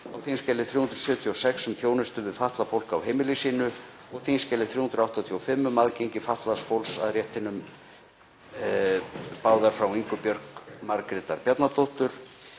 á þskj. 376, um þjónustu við fatlað fólk á heimili sínu, og á þskj. 385, um aðgengi fatlaðs fólks að réttinum, báðar frá Ingu Björk Margrétar Bjarnadóttur,